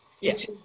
Yes